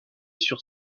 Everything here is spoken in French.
sur